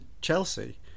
Chelsea